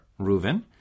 Reuven